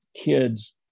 kids